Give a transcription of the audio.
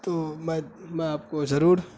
تو میں میں آپ کو ضرور